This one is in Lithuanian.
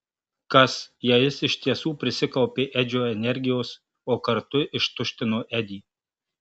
kas jei jis iš tiesų prisikaupė edžio energijos o kartu ištuštino edį